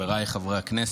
חבריי חברי הכנסת,